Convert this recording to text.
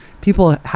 people